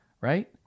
right